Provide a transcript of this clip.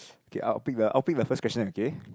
K I'll pick the I'll pick the first question okay